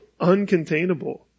uncontainable